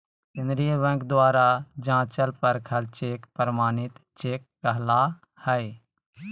केंद्रीय बैंक द्वारा जाँचल परखल चेक प्रमाणित चेक कहला हइ